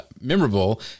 memorable